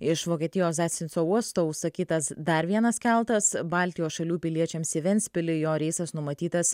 iš vokietijos zasnico uosto užsakytas dar vienas keltas baltijos šalių piliečiams į ventspilį jo reisas numatytas